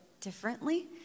differently